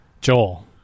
Joel